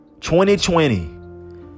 2020